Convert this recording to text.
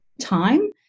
time